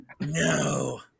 No